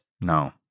No